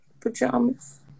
pajamas